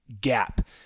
gap